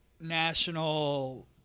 national –